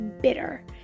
bitter